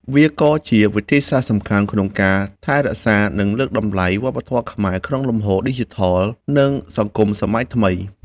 វាក៏ជាវិធីសាស្រ្តសំខាន់ក្នុងការថែរក្សា និងលើកតម្លៃវប្បធម៌ខ្មែរ ក្នុងលំហឌីជីថល និងសង្គមសម័យថ្មី។